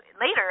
later